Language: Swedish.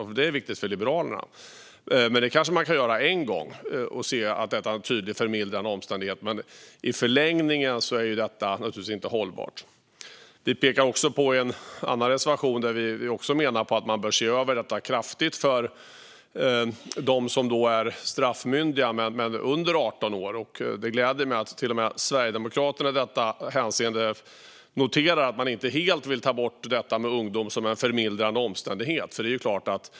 Detta är viktigt för Liberalerna. Detta var Linda Westerlund Snecker också inne på. Detta kanske man kan göra en gång och se att detta är en tydlig förmildrande omständighet. Men i förlängningen är detta naturligtvis inte hållbart. I en annan reservation menar vi att man bör se över detta för dem som är straffmyndiga men under 18 år. Det gläder mig att till och med Sverigedemokraterna i detta hänseende noterar att de inte helt vill ta bort detta med ungdom som en förmildrande omständighet.